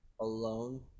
alone